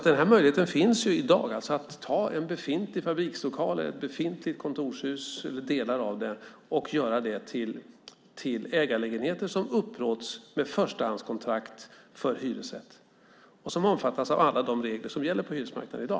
Den här möjligheten finns i dag, alltså att ta en befintlig fabrikslokal eller ett befintligt kontorshus eller delar av det och göra det till ägarlägenheter som upplåts med förstahandskontrakt för hyresrätt och som omfattas av alla de regler som gäller på hyresmarknaden i dag.